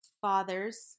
fathers